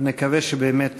נקווה שבאמת